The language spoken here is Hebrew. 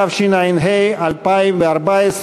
התשע"ה 2014,